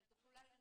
אתם תוכלו לקבוע,